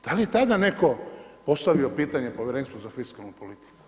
Da li je tada neko postavio pitanje Povjerenstvu za fiskalnu politiku?